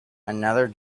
another